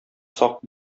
сак